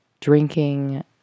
Drinking